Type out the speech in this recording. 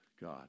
God